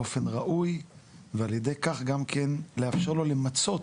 באופן ראוי ועל ידי כך, גם כן, לאפשר לו למצות